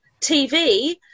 tv